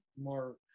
more